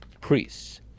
priests